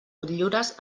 motllures